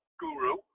guru